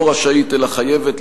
לא רשאית אלא חייבת,